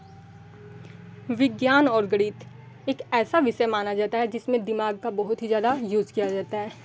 विज्ञान और गणित एक ऐसा विषय माना जाता है जिसमें दिमाग का बहुत ही ज़्यादा यूस किया जाता है